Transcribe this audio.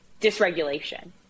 dysregulation